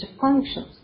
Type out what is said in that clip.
functions